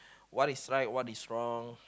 what is right what is wrong